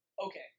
okay